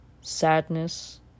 sadness